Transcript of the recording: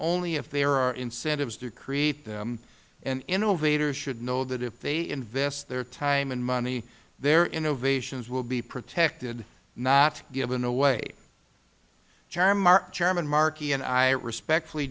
only if there are incentives to create them and innovators should know that if they invest their time and money their innovations will be protected not given away chairman markey and i respectfully